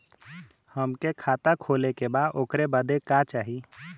हमके खाता खोले के बा ओकरे बादे का चाही?